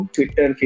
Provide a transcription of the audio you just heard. Twitter